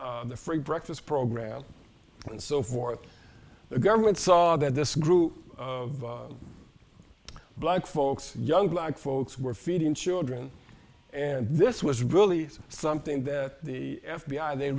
the free breakfast program and so forth the government saw that this group of black folks young black folks were feeding children and this was really something that the f b i they